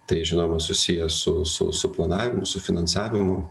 tai žinoma susiję su su su planavimu su finansavimu